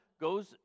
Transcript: goes